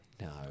No